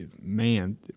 man